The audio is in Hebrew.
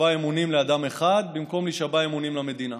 אמונים לאדם אחד במקום להישבע אמונים למדינה.